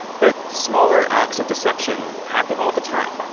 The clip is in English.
but smaller acts of deception happen all the time.